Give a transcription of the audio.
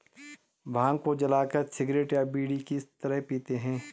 भांग को जलाकर सिगरेट या बीड़ी की तरह पीते हैं